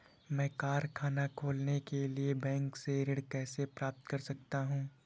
मैं कारखाना खोलने के लिए बैंक से ऋण कैसे प्राप्त कर सकता हूँ?